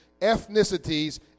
ethnicities